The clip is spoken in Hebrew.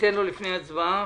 ניתן לו לפני ההצבעה.